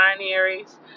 binaries